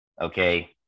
okay